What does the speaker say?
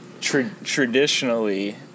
traditionally